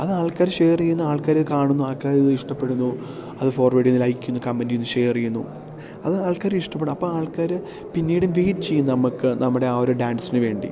അത് ആൾക്കാര് ഷെയറേയ്യുന്നു ആൾക്കാര് കാണുന്നു ആൾക്കാരത് ഇഷ്ടപ്പെടുന്നു അത് ഫോർവേഡേയ്യുന്നു ലൈക്കേയ്യുന്നു കമൻറ്റേയ്യുന്നു ഷെയറേയ്യുന്നു അത് ആൾക്കാര് ഇഷ്ടപ്പെടും അപ്പോള് ആൾക്കാര് പിന്നീട് വെയ്റ്റ് ചെയ്യും നമ്മള്ക്ക് നമ്മുടെ ആ ഒരു ഡാൻസിനു വേണ്ടി